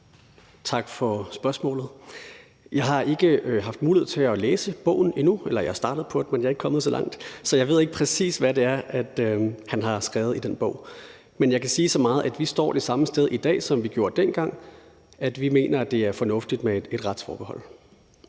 Tak for spørgsmålet. Jeg har ikke haft mulighed for at læse bogen endnu – jeg er startet på den, men jeg er ikke kommet så langt – så jeg ved ikke, præcis hvad det er, han har skrevet i den bog. Men jeg kan sige så meget, at vi står det samme sted i dag, som vi gjorde dengang, nemlig at vi mener, at det er fornuftigt med et retsforbehold.